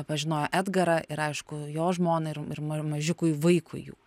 pažinojo edgarą ir aišku jo žmonai ir ma mažiukui vaikui jų